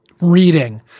reading